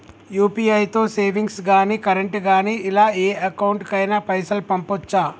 UPI తో savings గాని current గాని ఇలా ఏ అకౌంట్ కైనా పైసల్ పంపొచ్చా?